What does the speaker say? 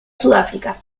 sudáfrica